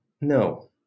No